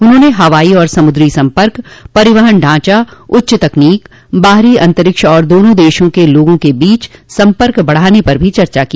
उन्होंने हवाई और समुद्री संपर्क परिवहन ढांचा उच्च तकनीक बाहरी अंतरिक्ष और दोनों देशों के लोगों के बीच संपर्क बढ़ाने पर भी चर्चा की